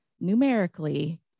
numerically